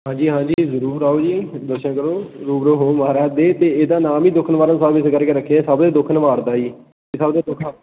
ਹਾਂਜੀ ਹਾਂਜੀ ਜ਼ਰੂਰ ਆਓ ਜੀ ਦਰਸ਼ਨ ਕਰੋ ਰੂਬਰੂ ਹੋ ਮਹਾਰਾਜ ਦੇ ਅਤੇ ਇਹਦਾ ਨਾਮ ਹੀ ਦੁੱਖਨਿਵਾਰਨ ਸਾਹਿਬ ਇਸ ਕਰਕੇ ਰੱਖਿਆ ਇਹ ਸਭ ਦੇ ਦੁੱਖ ਨਿਵਾਰਦਾ ਜੀ ਅਤੇ ਸਭ ਦੇ ਦੁੱਖ ਹਰ